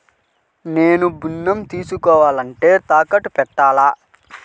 నేను ఋణం తీసుకోవాలంటే తాకట్టు పెట్టాలా?